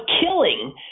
killing